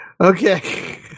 Okay